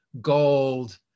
Gold